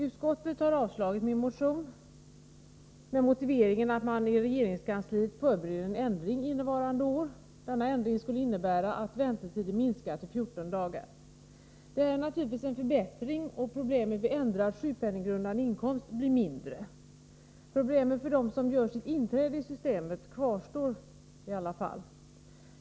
Utskottet har avstyrkt min motion med motiveringen att man i regeringskansliet förbereder en ändring innevarande år. Denna ändring skulle innebära att väntetiden minskar till 14 dagar. Detta är naturligtvis en förbättring, och problemen vid ändrad sjukpenninggrundande inkomst blir mindre. Problemen för dem som gör sitt inträde i systemet kvarstår i alla fall.